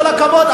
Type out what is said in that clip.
כל הכבוד.